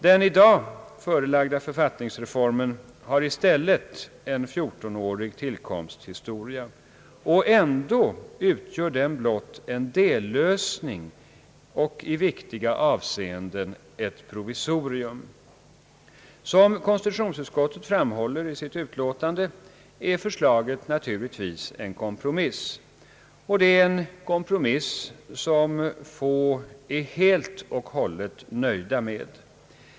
Den i dag förelagda författningsreformen har i stället en fjortonårig tillkomsthistoria, och ändå utgör den blott en dellösning och i viktiga avseenden ett provisorium. Som konstitutionsutskottet framhåller i sitt betänkande är förslaget naturligtvis en kompromiss — och det är en kompromiss som få är helt nöjda med.